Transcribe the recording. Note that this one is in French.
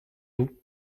vous